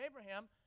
Abraham